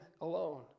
alone